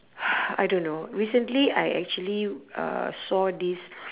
I don't know recently I actually uh saw this